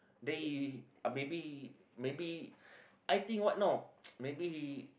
then he uh maybe he maybe I think what know maybe he